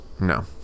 No